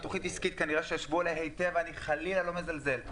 כנראה שישבו היטב על התוכנית העסקית ואני חלילה לא מזלזל.